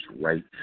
right